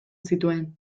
zituen